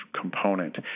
component